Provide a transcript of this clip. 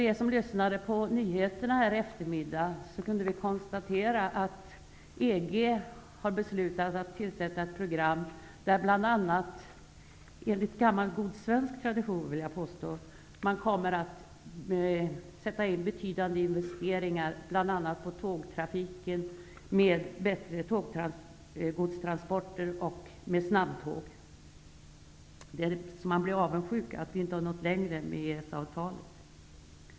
Ni som lyssnade på nyheterna i eftermiddags kunde konstatera att EG har beslutat om ett program, där man enligt god svensk tradition, vill jag påstå, kommer att sätta in betydande investeringar bl.a. för tågtrafiken med bättre tåggodstransporter och med snabbtåg. Det är så att man blir avundsjuk över att vi inte har nått längre med EES-avtalet.